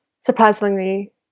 surprisingly